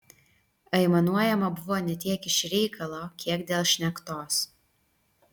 aimanuojama buvo ne tiek iš reikalo kiek dėl šnektos